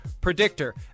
predictor